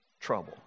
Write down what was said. trouble